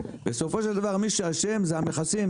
בסופו של דבר מי שאשם זה המכסים,